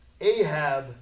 Ahab